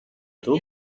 του